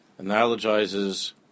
analogizes